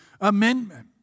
amendment